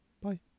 Bye